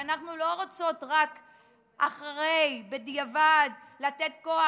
כי אנחנו לא רוצות רק אחרי ובדיעבד לתת כוח